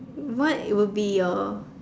what it will be your